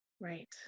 right